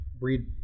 read